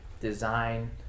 design